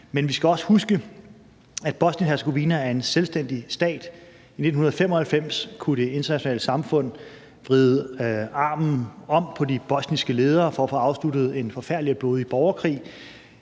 Men vi skal også huske, at Bosnien-Hercegovina er en selvstændig stat. I 1995 kunne det internationale samfund vride armen om på de bosniske ledere for at få afsluttet en forfærdelig og blodig borgerkrig.